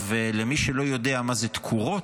למי שלא יודע מה זה תקורות,